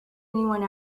anyone